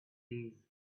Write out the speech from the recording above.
days